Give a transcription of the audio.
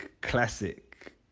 classic